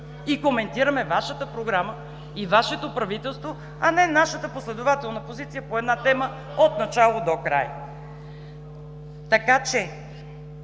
И коментираме Вашата програма и Вашето правителство, а не нашата последователна позиция по една тема от начало до край. Така че